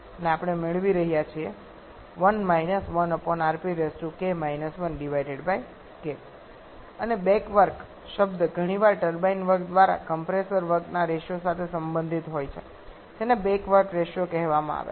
અને આપણે મેળવી રહ્યા છીએ અને બેક વર્ક શબ્દ ઘણીવાર ટર્બાઇન વર્ક દ્વારા કમ્પ્રેસર વર્કના રેશિયો સાથે સંબંધિત હોય છે જેને બેક વર્ક રેશિયો કહેવામાં આવે છે